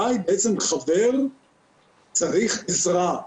מתי חבר צריך עזרה,